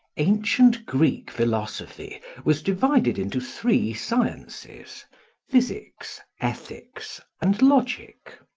ancient greek philosophy was divided into three sciences physics, ethics, and logic.